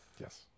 Yes